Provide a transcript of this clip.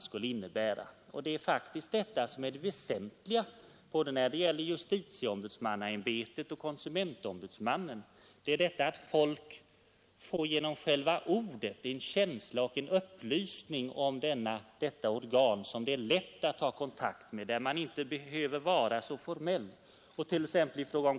Det är faktiskt den som är det väsentliga liksom när det gäller justitieombudsmännen och konsumentombudsmannen, nämligen att folk genom själva benämningen får en upplysning om detta organ som det känns lätt att ta kontakt med och som man inte behöver uppträda så formellt mot.